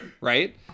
right